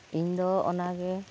ᱤᱧ ᱫᱚ ᱚᱱᱟᱜᱮ